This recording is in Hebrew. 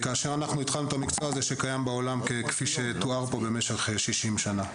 הבנו אז,